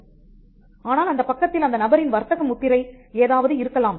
மாணவன் ஆனால் அந்தப் பக்கத்தில் அந்த நபரின் வர்த்தக முத்திரை ஏதாவது இருக்கலாம்